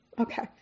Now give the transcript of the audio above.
Okay